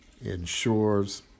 ensures